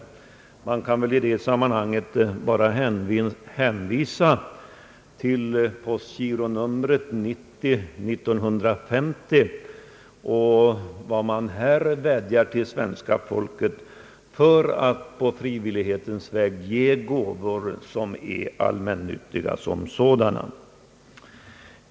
Man kan i det sammanhanget bara hänvisa till postgironumret 901950. Genom det vädjar man till svenska folket att ge frivilliga gåvor som är allmännyttiga.